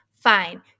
fine